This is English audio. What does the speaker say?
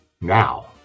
Now